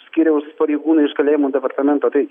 skyriaus pareigūnai iš kalėjimų departamento tai